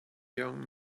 young